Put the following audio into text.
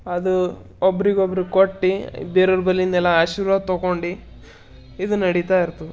ಅದು ಒಬ್ರಿಗೊಬ್ರು ಕೊಟ್ಟು ಬೇರೆಯವ್ರ ಬಳಿನೆಲ್ಲ ಆಶೀರ್ವಾದ ತೊಕೊಂಡು ಇದು ನಡಿತಾ ಇರ್ತದೆ